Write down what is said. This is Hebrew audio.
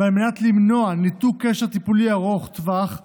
ועל מנת למנוע ניתוק קשר טיפולי ארוך טווח זה,